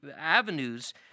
avenues